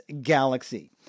galaxy